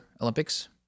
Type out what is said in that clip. Olympics